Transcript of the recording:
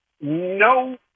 no